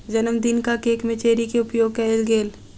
जनमदिनक केक में चेरी के उपयोग कएल गेल